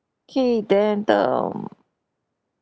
okay then um